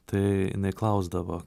tai jinai klausdavo